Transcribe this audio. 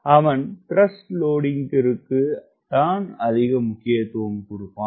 அவன் த்ரஸ்ட் லோடிங்கிற்குத் தான் அதிக முக்கியத்துவம் கொடுப்பான்